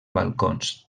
balcons